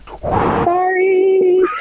Sorry